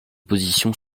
position